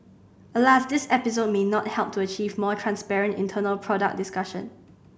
alas this episode may not help to achieve more transparent internal product discussion